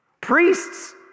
Priests